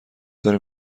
داریم